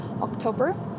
October